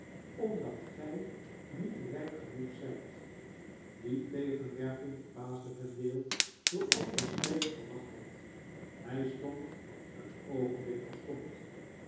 omdat gy niet rp genoeg zgt die tegenwerping verbaasde vendale zooals de spreker verwacht had hy stond een oogenblik verstomd